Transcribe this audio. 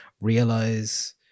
realize